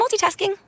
multitasking